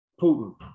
Putin